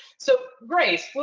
so grace,